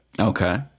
Okay